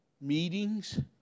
meetings